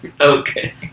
Okay